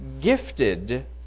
gifted